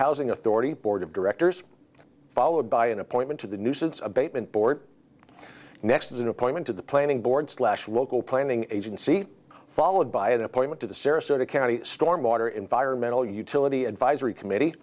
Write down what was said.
housing authority board of directors followed by an appointment to the nuisance abatement board next as an appointment to the planning board slash local planning agency followed by an appointment to the sarasota county stormwater environmental utility advisory committee